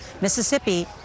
Mississippi